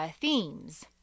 themes